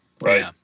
right